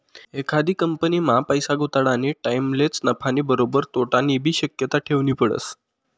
एखादी कंपनीमा पैसा गुताडानी टाईमलेच नफानी बरोबर तोटानीबी शक्यता ठेवनी पडस